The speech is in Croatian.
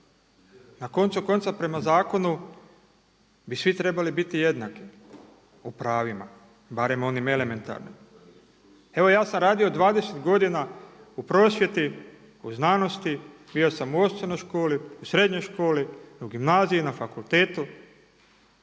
Na koncu konca prema zakonu bi svi trebali biti jednaki u pravima, barem onim elementarnim. Evo ja sam radio 20 godina u prosvjeti, u znanosti, bio sam u osnovnoj školi, u srednjoj školi, u gimnaziji, na fakultetu,